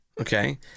Okay